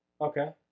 Okay